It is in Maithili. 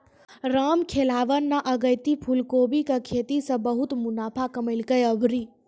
रामखेलावन न अगेती फूलकोबी के खेती सॅ बहुत मुनाफा कमैलकै आभरी